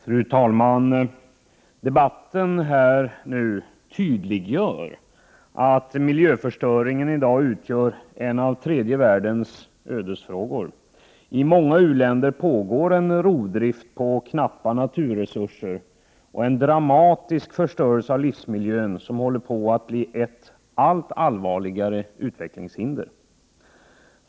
Fru talman! Den här debatten tydliggör att miljöförstöringen i dag utgör en av tredje världens ödesfrågor. I många u-länder pågår en rovdrift på knappa naturresurser och en dramatisk förstörelse av livsmiljön, som håller på att bli ett allt allvarligare utvecklingshinder.